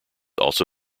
also